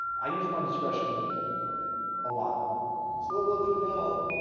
i use my discretion a lot. so what we'll do now,